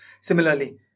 Similarly